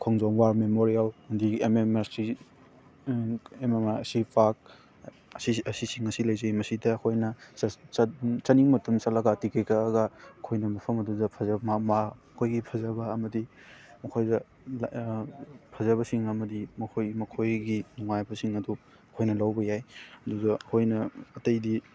ꯈꯣꯡꯖꯣꯝ war memorial ꯑꯗꯒꯤ M M R ꯁꯤ ꯄꯥꯛ ꯑꯁꯤꯁꯤꯡ ꯑꯁꯤ ꯂꯩꯖꯩ ꯃꯁꯤꯗ ꯑꯩꯈꯣꯏꯅ ꯆꯠꯅꯤꯡ ꯃꯇꯝꯗ ꯆꯠꯂꯒ ꯇꯤꯀꯦꯠ ꯀꯛꯑꯒ ꯑꯩꯈꯣꯏꯅ ꯃꯐꯝ ꯑꯗꯨꯗ ꯑꯩꯈꯣꯏꯒꯤ ꯐꯖꯕ ꯑꯃꯗꯤ ꯃꯈꯣꯏꯗ ꯐꯖꯕꯁꯤꯡ ꯑꯃꯗꯤ ꯃꯈꯣꯏ ꯃꯈꯣꯏꯒꯤ ꯅꯨꯡꯉꯥꯏꯕꯁꯤꯡ ꯑꯗꯨ ꯑꯩꯈꯣꯏꯅ ꯂꯧꯕ ꯌꯥꯏ ꯑꯗꯨꯗ ꯑꯩꯈꯣꯏꯅ ꯑꯇꯩꯗꯤ